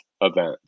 event